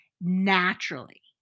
naturally